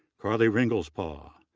carly ringlespaugh,